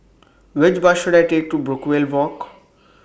Which Bus should I Take to Brookvale Walk